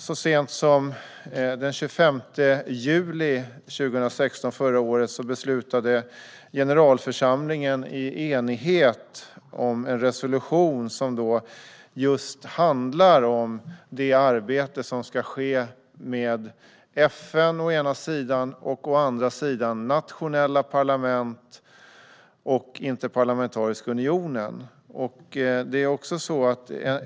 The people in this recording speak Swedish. Så sent som den 25 juli 2016 beslutade generalförsamlingen i enighet om en resolution som handlar om just det arbete som ska ske med FN å ena sidan och nationella parlament och Interparlamentariska unionen å andra sidan.